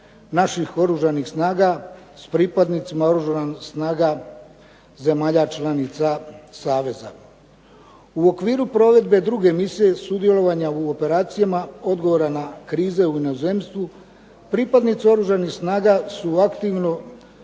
naših Oružanih snaga s pripadnicima Oružanih snaga zemalja članica saveza. U okviru provedbe druge misije sudjelovanja u operacijama odgovora na krize u inozemstvu pripadnici Oružanih snaga su aktivno